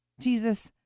Jesus